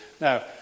Now